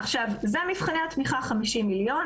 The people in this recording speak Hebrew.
אלה מבחני התמיכה, ה-50 מיליון.